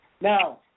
Now